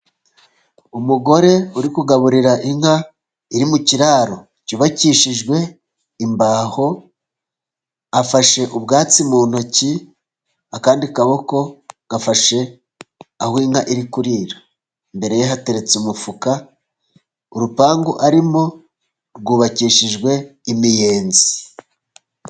Umugore uri kugaburira inka iri mu kiraro cyubakishijwe imbaho afashe ubwatsi mu ntoki, akandi kaboko gafashe aho inka iri kurira, imbere ye hateretse umufuka, urupangu arimo rwubakishijwe imiyenzi.